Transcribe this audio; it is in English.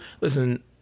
listen